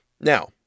Now